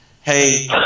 Hey